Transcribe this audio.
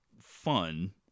fun